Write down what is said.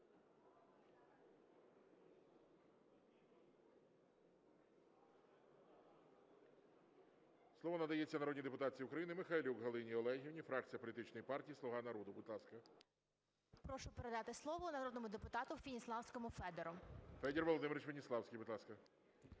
Слово надається народній депутатці України Михайлюк Галині Олегівні, фракція політичної партії "Слуга народу". Будь ласка. 11:43:52 МИХАЙЛЮК Г.О. Прошу передати слово народному депутату Веніславському Федору. ГОЛОВУЮЧИЙ. Федір Володимирович Веніславський, будь ласка.